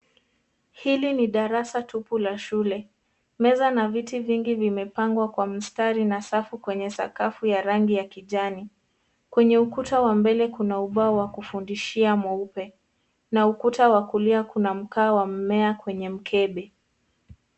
Hili ni darasa tupu la shule meza na viti vingi vimepangwa kwa mstari na sakafu ya rangi ya kijani . Kwenye ukuta wa mbele kuna ubao wa kufundishia mweupe na ukuta wa kulia kuna mkaa wa mmea kwenye mkebe.